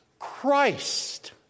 Christ